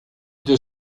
deux